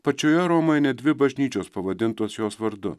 pačioje romoje net dvi bažnyčios pavadintos jos vardu